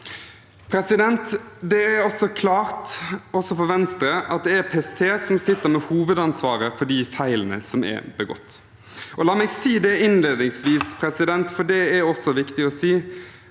verre. Det er også klart, også for Venstre, at det er PST som sitter med hovedansvaret for de feilene som er begått. Og la meg si innledningsvis, for det er også viktig å si,